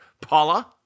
Paula